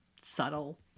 subtle